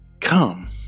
Come